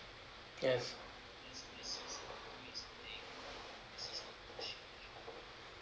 yes